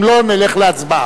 אם לא, נלך להצבעה.